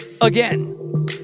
again